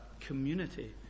community